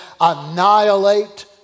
annihilate